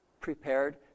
prepared